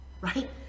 Right